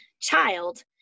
child